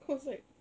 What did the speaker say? cause like